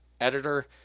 editor